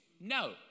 No